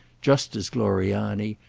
just as gloriani,